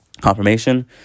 Confirmation